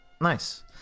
nice